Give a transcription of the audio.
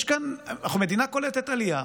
אנחנו מדינה קולטת עלייה,